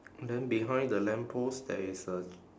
then behind the lamppost there is a